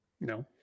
No